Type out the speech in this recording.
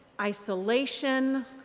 isolation